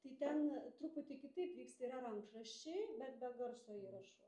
tai ten truputį kitaip vyksta yra rankraščiai bet be garso įrašų